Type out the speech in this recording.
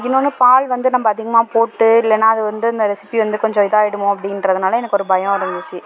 இன்னொன்று பால் வந்து நம்ம அதிகமாக போட்டு இல்லைனா அது வந்து அந்த ரெஸிபி வந்து கொஞ்சம் இதாக ஆகிடுமோ அப்படின்றதுனால எனக்கு ஒரு பயம் இருந்துச்சு